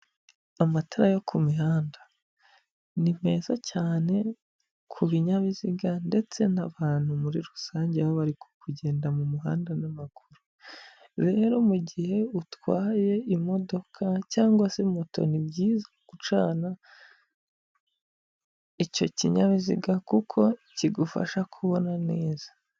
Amatara yo ku mihanda, ni meza cyane ku binyabiziga ndetse n'abantu muri rusange bari kugenda mu muhanda n'amaguru, rero mu gihe utwaye imodoka cyangwa se moto, ni byiza gucana, icyo kinyabiziga kuko kigufasha kubona neza.